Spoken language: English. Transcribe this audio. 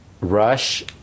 Rush